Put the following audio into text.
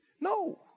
No